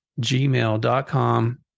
gmail.com